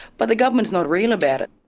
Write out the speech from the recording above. but the government is not real about it.